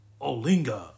Olinga